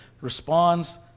responds